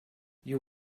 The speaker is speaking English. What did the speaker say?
you